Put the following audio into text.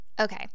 Okay